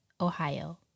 Ohio